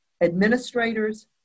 administrators